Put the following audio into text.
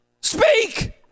Speak